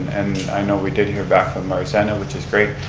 and i know we did hear back from larzena, which is great,